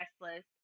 restless